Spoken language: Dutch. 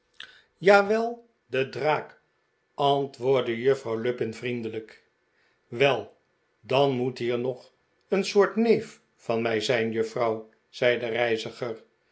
jawel de draak antwoordde juffrouw lupin vriendelijk wel dan moet hier nog een soort neef van mij zijn juffrouw zei de reiziger